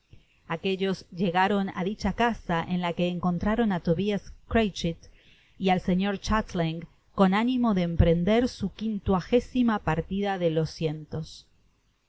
aquellos llegaron á dicha casa eri la que encontraroft á tobias crachit y al señor ghattiling con ánimo de emprender su quincuagésima partida de los